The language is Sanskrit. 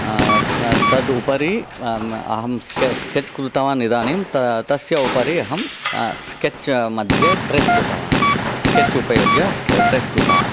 तदुपरि अहं स्केच् कृतवान् इदानीं तस्य उपरि स्केच् मध्ये ट्रेस् कृतवान् स्केच् उपयुज्य ट्रेस् कृतवान्